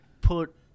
put